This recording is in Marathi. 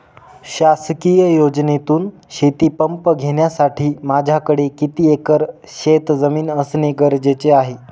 शासकीय योजनेतून शेतीपंप घेण्यासाठी माझ्याकडे किती एकर शेतजमीन असणे गरजेचे आहे?